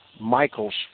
Michael's